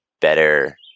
better